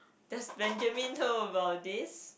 does Benjamin know about this